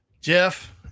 Jeff